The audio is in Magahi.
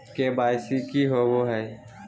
के.वाई.सी की हॉबे हय?